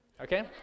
Okay